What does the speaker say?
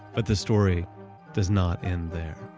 but the story does not end there.